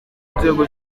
nzego